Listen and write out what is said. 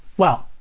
well,